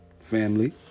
family